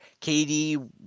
KD